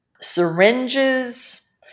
syringes